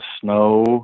snow